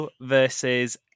versus